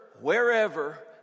wherever